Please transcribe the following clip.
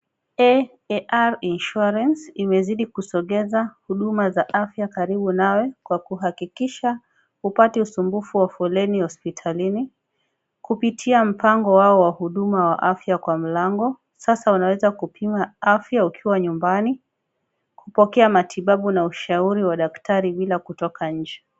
AAR insurance imezidi kusongeza huduma za afya karibu nawe kwa kuhakikisha hupati usumbufu wa foleni hospitalini kupitia mpango wao wa huduma wa afya kwa mlango. Sasa unaweza kupima afya ukiwa nyumbani, kupokea matibabu na ushauri wa daktari bila kutoka nje.